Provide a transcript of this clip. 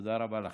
תודה רבה לך.